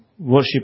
worship